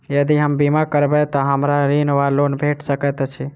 यदि हम बीमा करबै तऽ हमरा ऋण वा लोन भेट सकैत अछि?